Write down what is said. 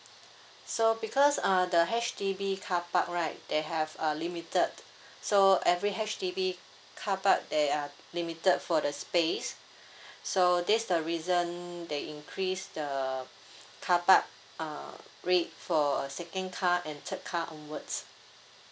so because uh the H_D_B carpark right they have uh limited so every H_D_B carpark they are limited for the space so this the reason they increase the carpark uh rate for uh second car and third car onwards